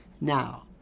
now